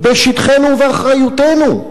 בשטחנו ובאחריותנו.